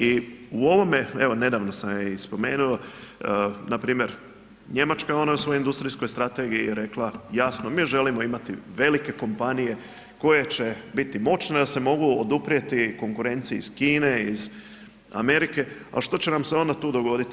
I u ovome, evo nedavno sam je i spomenuo, npr. Njemačka, ona je u svojoj industrijskoj strategiji rekla jasno mi želimo imati velike kompanije koje će biti moćne da se mogu oduprijeti konkurenciji iz Kine, iz Amerike, al što će nam se onda tu dogoditi?